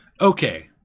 Okay